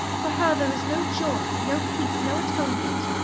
for her there is no joy, no peace, no atonement.